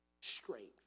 strength